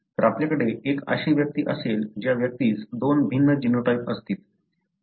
तर आपल्याकडे एक अशी व्यक्ती असेल ज्या व्यक्तीस दोन भिन्न जीनोटाइप असतील